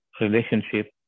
relationship